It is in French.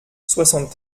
soixante